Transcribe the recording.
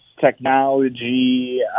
Technology